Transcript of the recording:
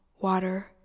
water